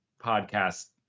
podcast